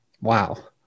Wow